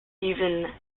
even